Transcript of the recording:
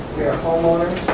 homeowners.